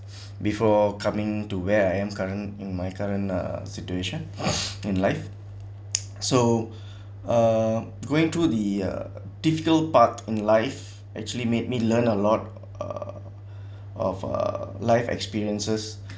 before coming to where I am current in my current uh situation in life so uh going through the uh difficult part in life actually made me learn a lot uh of uh life experiences